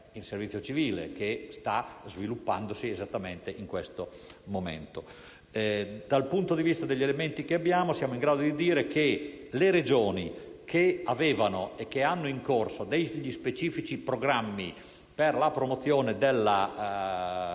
il servizio civile, che si sta sviluppando proprio in questo momento. Dal punto di vista degli elementi in nostro possesso, siamo in grado di dire che le Regioni, che avevano e che hanno in corso degli specifici programmi per la promozione della